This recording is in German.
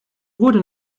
wurde